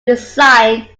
design